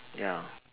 ya